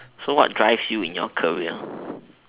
so what drives you in your career